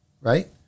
Right